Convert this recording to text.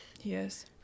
Yes